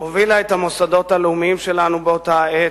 הובילה את המוסדות הלאומיים שלנו באותה עת,